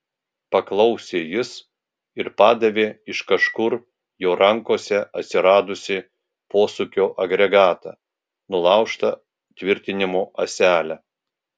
paklausė jis ir padavė iš kažkur jo rankose atsiradusį posūkio agregatą nulaužta tvirtinimo ąsele